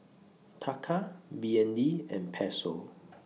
Taka B N D and Peso